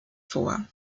vor